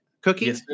cookie